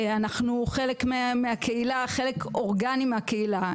אנחנו חלק אורגני מהקהילה,